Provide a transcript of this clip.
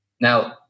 Now